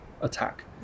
attack